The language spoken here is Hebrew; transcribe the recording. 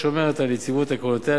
השומרת על יציבות עקרונותיה,